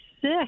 sick